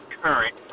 current